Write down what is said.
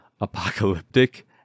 apocalyptic